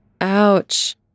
Ouch